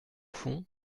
fond